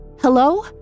Hello